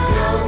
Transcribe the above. no